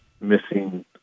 missing